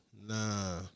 nah